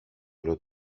όλο